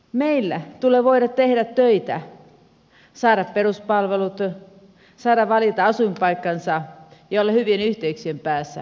meillä tulee voida tehdä töitä saada peruspalvelut saada valita asuinpaikkansa ja olla hyvien yhteyksien päässä koko maassa